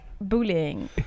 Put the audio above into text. bullying